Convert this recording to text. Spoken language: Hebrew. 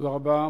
תודה רבה.